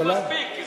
זה מספיק,